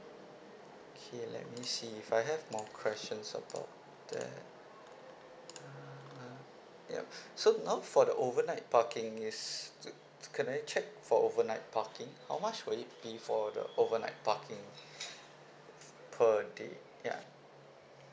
okay let me see if I have more questions about that uh ya so now for the overnight parking it's can I check for overnight parking how much will it be for the overnight parking per day ya